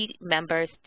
members